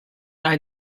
ein